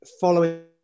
following